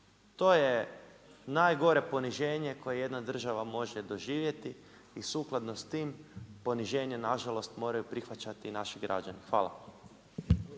To je najgore poniženje koje jedna država može doživjeti i sukladno s tim poniženje nažalost moraju prihvaćati i naši građani. Hvala.